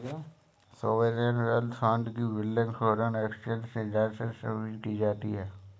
sovereign wealth fund की funding foreign exchange reserves से भी की जाती है